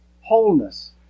wholeness